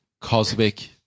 cosmic